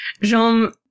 Jean